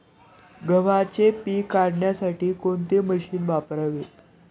गव्हाचे पीक काढण्यासाठी कोणते मशीन वापरावे?